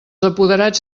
apoderats